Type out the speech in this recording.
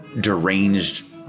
deranged